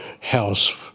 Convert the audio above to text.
house